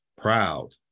proud